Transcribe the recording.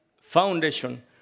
foundation